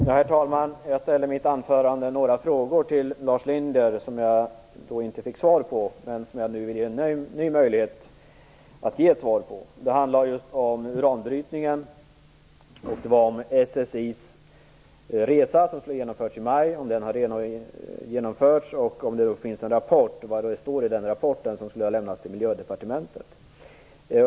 Herr talman! Jag ställde i mitt anförande några frågor till Lars G Linder som jag inte fick svar på, men som jag nu vill ge honom en ny möjlighet att svara på. De handlade om uranbrytningen, om SSI:s resa har genomförts den skulle ha gjorts i maj -, om det finns någon rapport och vad det står i den rapporten. Den skulle ha lämnats till Miljödepartementet.